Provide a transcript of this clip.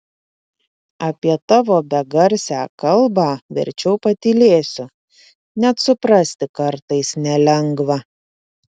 apie tavo begarsę kalbą verčiau patylėsiu net suprasti kartais nelengva